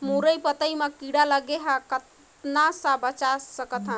मुरई पतई म कीड़ा लगे ह कतना स बचा सकथन?